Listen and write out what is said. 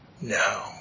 no